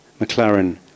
McLaren